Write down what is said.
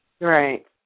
Right